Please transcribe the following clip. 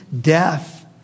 death